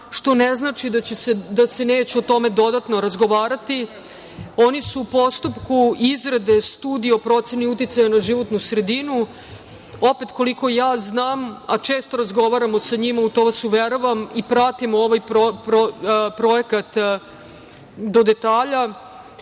što ne znači da se neće o tome dodatno razgovarati. Oni su u postupku izrade studije o proceni uticaja na životnu sredinu. Opet koliko ja znam, a često razgovaramo sa njima, u to vas uveravam, i pratim ovaj projekat do detalja.